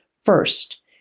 First